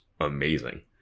amazing